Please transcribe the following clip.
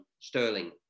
Sterling